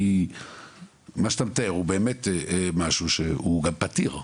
כי מה שאתה מתאר הוא באמת משהו שהוא גם פתיר,